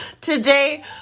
Today